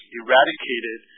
eradicated